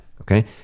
Okay